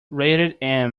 rated